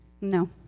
No